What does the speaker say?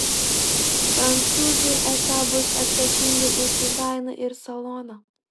prancūzai esą bus atsakingi už dizainą ir saloną